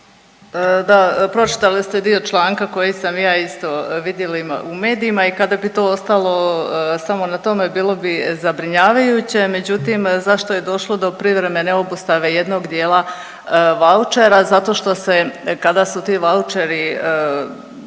Da, pročitali ste dio članka koji sam i ja isto vidla u medijima i kada bi to ostalo samo na tome, bilo bi zabrinjavajuće, međutim, zašto je došlo do privremene obustave jednog dijela vaučera? Zato što se, kada su ti vaučeri,